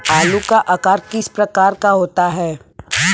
आलू का आकार किस प्रकार का होता है?